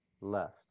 left